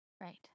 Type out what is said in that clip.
right